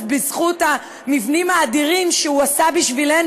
בזכות המבנים האדירים שהוא עשה בשבילנו,